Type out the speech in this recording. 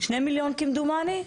2 מיליון כמדומני?